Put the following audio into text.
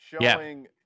showing